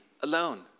alone